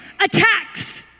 attacks